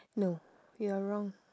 no you are wrong